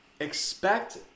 expect